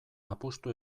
apustu